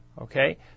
Okay